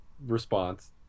response